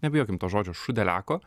nebijokim to žodžio šūdeliako